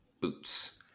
boots